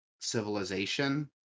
civilization